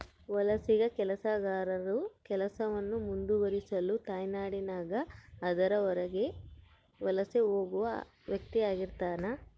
ವಲಸಿಗ ಕೆಲಸಗಾರನು ಕೆಲಸವನ್ನು ಮುಂದುವರಿಸಲು ತಾಯ್ನಾಡಿನಾಗ ಅದರ ಹೊರಗೆ ವಲಸೆ ಹೋಗುವ ವ್ಯಕ್ತಿಆಗಿರ್ತಾನ